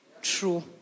True